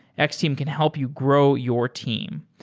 x-team can help you grow your team.